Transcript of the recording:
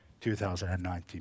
2019